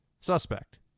suspect